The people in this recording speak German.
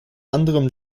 anderem